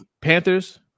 Panthers